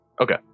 okay